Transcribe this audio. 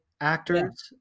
actors